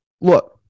look